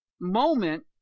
moment